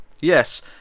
Yes